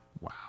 Wow